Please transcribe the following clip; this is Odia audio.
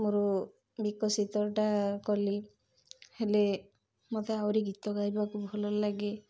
ମୋର ବିକଶିତଟା କଲି ହେଲେ ମତେ ଆହୁରି ଗୀତ ଗାଇବାକୁ ଭଲ ଲାଗେ